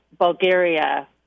Bulgaria